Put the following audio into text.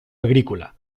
agrícola